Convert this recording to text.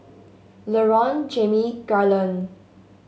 Laron Jamie Garland